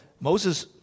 Moses